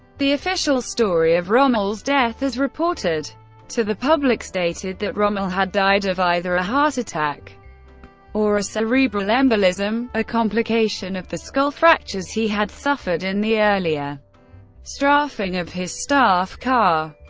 the official story of rommel's death, as reported to the public, stated that rommel had died of either a heart attack or a cerebral embolism a complication of the skull fractures he had suffered in the earlier strafing of his staff car.